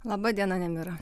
laba diena nemira